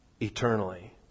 eternally